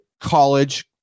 college